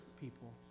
people